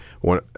One